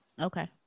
Okay